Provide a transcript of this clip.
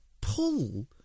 pull